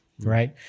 Right